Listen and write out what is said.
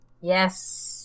Yes